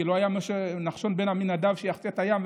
כי לא היה נחשון בן עמינדב שיחצה את הים,